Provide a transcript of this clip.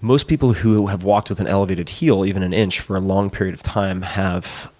most people who have walked with an elevated heel even an inch for a long period of time have